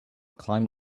climb